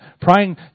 praying